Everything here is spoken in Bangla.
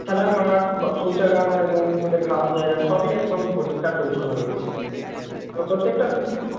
খেলার মাঠ বা শৌচাগার এবং ওদের খাওয়ার জায়গা সবই একদম পরিষ্কার পরিচ্ছন্ন রয়েছে এবং প্রত্যেকটা স্কুলে